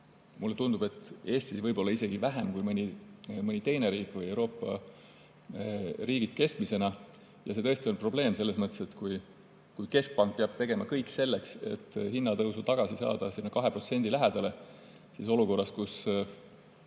Mulle tundub, et Eesti võib-olla isegi vähem kui mõni teine riik või Euroopa riigid keskmisena. Ja see tõesti on probleem selles mõttes, et kui keskpank peab tegema kõik selleks, et hinnatõusu tagasi saada 2% lähedale, siis olukorras, kus